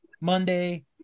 Monday